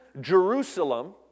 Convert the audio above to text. Jerusalem